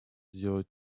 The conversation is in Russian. сделать